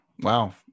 Wow